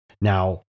Now